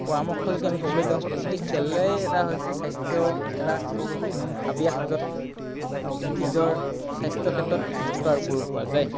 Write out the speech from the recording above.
পৰামৰ্শ যদি আমি ক'বলৈ যাওঁ এই খেলেই এটা হৈছে স্বাস্থ্য এটা মন হাবিয়াস য'ত নিজৰ স্বাস্থ্য ক্ষেত্ৰত গুৰুত্ব আৰোপ কৰিব পৰা যায়